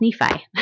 Nephi